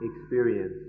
experience